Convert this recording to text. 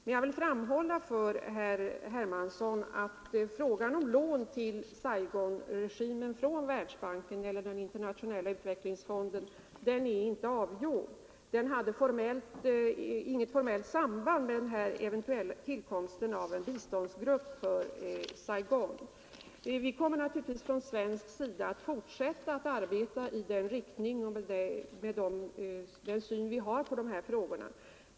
Men jag vill framhålla för herr Hermansson att frågan om lån till Saigonregimen från Världsbanken eller den internationella utvecklingsfonden inte är avgjord. Den hade inget formellt samband med tillkomsten av en biståndsgrupp för Saigon. Vi kommer naturligtvis från svensk sida, med den syn vi har på dessa frågor, att fortsätta att arbeta i den riktningen.